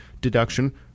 deduction